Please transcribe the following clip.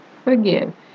forgive